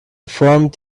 formed